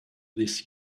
this